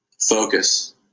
Focus